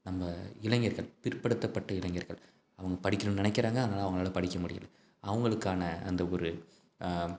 நம்ம இளைஞர்கள் பிற்படுத்தப்பட்ட இளைஞர்கள் அவங்க படிக்கணும்னு நினைக்கிறாங்க ஆனால் அவங்களால படிக்க முடியல அவங்களுக்கான அந்த ஒரு